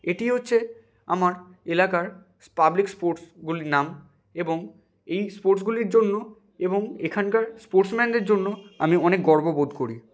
এটিই হচ্ছে আমার এলাকার পাবলিক স্পোর্টসগুলির নাম এবং এই স্পোর্টসগুলির জন্য এবং এখানকার স্পোর্টসম্যানদের জন্য আমি অনেক গর্ববোধ